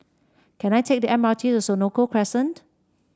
can I take the M R T to Senoko Crescent